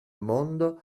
mondo